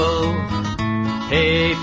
Hey